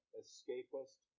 escapist